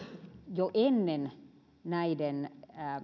jo ennen näiden